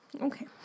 Okay